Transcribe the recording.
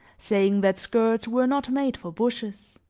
saying that skirts were not made for bushes.